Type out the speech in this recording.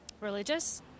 Religious